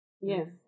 Yes